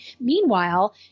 meanwhile